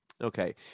Okay